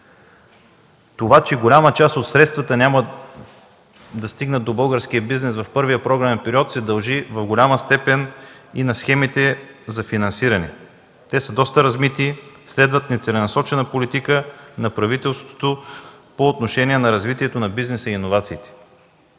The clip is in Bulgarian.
Това, че голяма част от средствата няма да стигнат до българския бизнес в първия програмен период се дължи до голяма степен и на схемите за финансиране. Те са доста размити, следват нецеленасочена политика на правителството по отношение на развитието на бизнеса и иновациите.